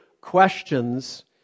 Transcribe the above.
questions